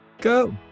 go